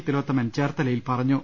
തിലോത്തമൻ ചേർത്തലയിൽ പറഞ്ഞു